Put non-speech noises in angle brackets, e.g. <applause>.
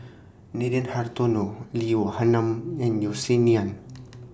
Nathan Hartono Lee Wee <unintelligible> Nam and Yeo Si Nian